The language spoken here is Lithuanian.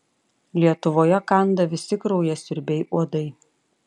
lietuvoje kanda visi kraujasiurbiai uodai